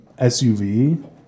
SUV